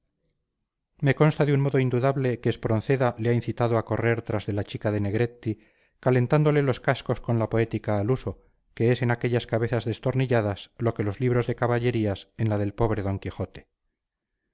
me consta de un modo indudable que espronceda le ha incitado a correr tras de la chica de negretti calentándole los cascos con la poética al uso que es en aquellas cabezas destornilladas lo que los libros de caballerías en la del pobre d quijote